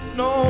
no